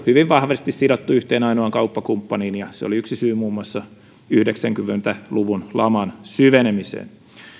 hyvin vahvasti sidottu yhteen ainoaan kauppakumppaniin ja se oli yksi syy muun muassa yhdeksänkymmentä luvun laman syvenemiseen